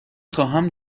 خواهم